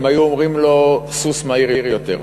הם היו אומרים לו, סוס מהיר יותר.